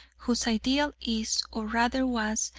whose ideal is, or rather was,